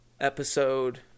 episode